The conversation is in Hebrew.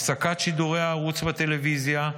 הפסקת שידורי הערוץ בטלוויזיה,